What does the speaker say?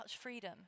freedom